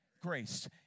grace